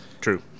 True